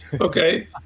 Okay